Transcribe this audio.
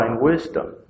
wisdom